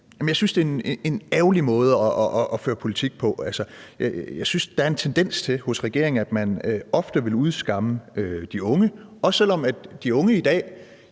det er en ærgerlig måde at føre politik på. Jeg synes, der er en tendens hos regeringen til, at man ofte vil udskamme de unge, også selv om de unge i dag